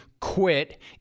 quit